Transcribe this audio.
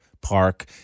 Park